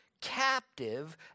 captive